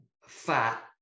fat